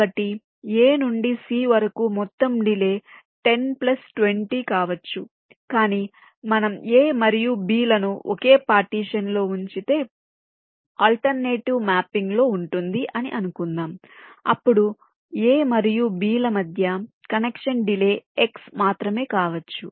కాబట్టి A నుండి C వరకు మొత్తం డిలే 10 ప్లస్ 20 కావచ్చు కాని మనం A మరియు B లను ఒకే పార్టీషన్ లో ఉంచితే ఆల్ట్రనేటివ్ మ్యాపింగ్లో ఉంటుంది అని అనుకుందాం అప్పుడు A మరియు B ల మధ్య కనెక్షన్ డిలే X మాత్రమే కావచ్చు